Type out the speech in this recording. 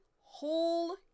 whole